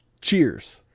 Cheers